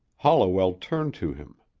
holliwell turned to him.